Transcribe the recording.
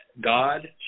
God